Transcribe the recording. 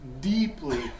deeply